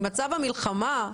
ממצב המלחמה,